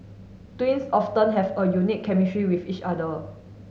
twins often have a unique chemistry with each other